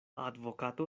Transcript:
advokato